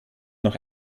noch